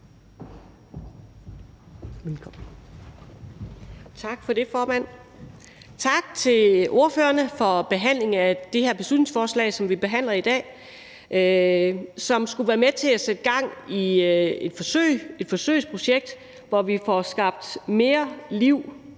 Tak for det, formand. Tak til ordførerne for behandlingen af det her beslutningsforslag, som vi behandler i dag, og som skulle være med til at sætte gang i et forsøgsprojekt, hvor vi får skabt mere liv